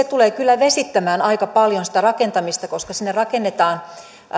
tulee kyllä vesittämään aika paljon sitä rakentamista koska sinne rakennetaan